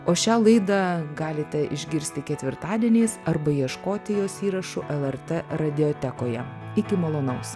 o šią laidą galite išgirsti ketvirtadieniais arba ieškoti jos įrašų lrt radiotekoje iki malonaus